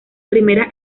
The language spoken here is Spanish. primeras